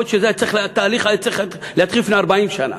יכול להיות שהתהליך היה צריך להתחיל לפני 40 שנה,